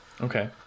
Okay